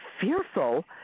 fearful